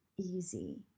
easy